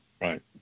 Right